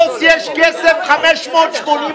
איך את אומרת ששמרתם על מסגרת הקבינט?